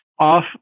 off